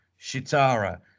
Shitara